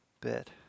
bit